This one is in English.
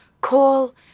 Call